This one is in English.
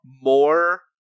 more